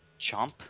Chomp